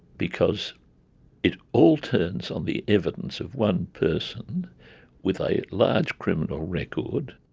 because it all turns on the evidence of one person with a large criminal record.